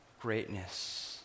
greatness